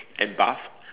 and buff